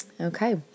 Okay